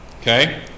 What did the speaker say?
Okay